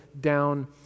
down